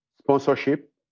sponsorship